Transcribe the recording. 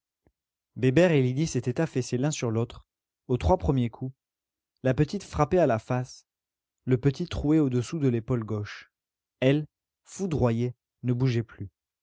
bébert et lydie s'étaient affaissés l'un sur l'autre aux trois premiers coups la petite frappée à la face le petit troué au-dessous de l'épaule gauche elle foudroyée ne bougeait plus